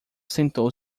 sentou